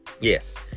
Yes